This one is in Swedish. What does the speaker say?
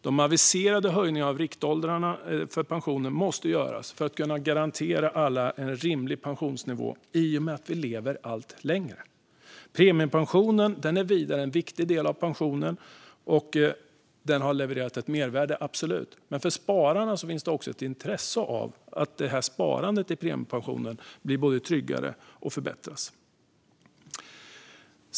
De aviserade höjningarna av riktåldrarna för pensionen måste göras för att kunna garantera alla en rimlig pensionsnivå i och med att vi lever allt längre. Premiepensionen är vidare en viktig del av pensionen. Den har absolut levererat ett mervärde, men för spararna finns det också ett intresse av att sparandet i premiepensionen både blir tryggare och förbättras.